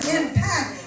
impact